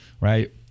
right